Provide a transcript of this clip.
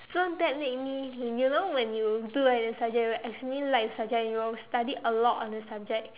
soon that made me you know when you do well in a subject right as mean you like the subject you will study a lot on the subject